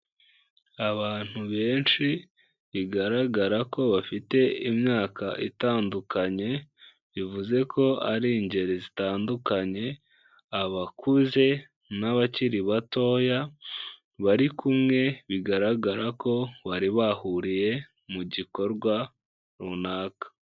Abantu benshi bigaragara ko bafite imyaka itandukanye, bivuze ko ari ingeri zitandukanye, abakuze n'abakiri batoya, bari kumwe bigaragara ko bari bahuriye mu gikorwa runaka.